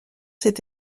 cet